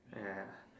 ya